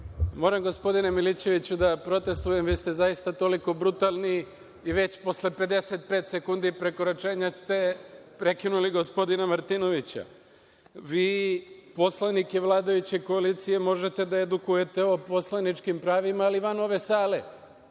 Moram gospodine Milićeviću da protestvujem. Vi ste zaista toliko brutalni i već posle 55 sekundi prekoračenja ste prekinuli gospodina Martinović. Poslanike vladajuće koalicije možete da edukujete o poslaničkim pravima, ali van ove sale.